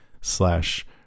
slash